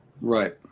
Right